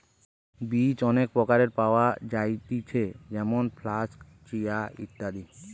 বীজ অনেক প্রকারের পাওয়া যায়তিছে যেমন ফ্লাক্স, চিয়া, ইত্যাদি